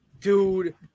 dude